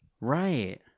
Right